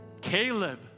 Caleb